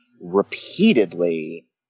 repeatedly